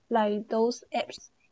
like those apps